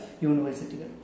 University